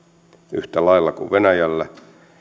yhtä lailla yhdysvalloissa kuin venäjällä